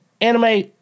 Anime